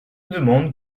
demande